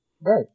Right